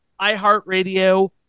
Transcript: iHeartRadio